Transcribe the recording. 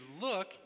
look